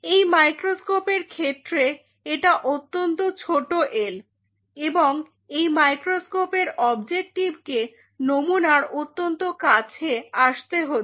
এই মাইক্রোস্কোপের ক্ষেত্রে এটা অত্যন্ত ছোট এল্ এবং এই মাইক্রোস্কোপের অবজেকটিভকে নমুনার অত্যন্ত কাছে আসতে হচ্ছে